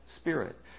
Spirit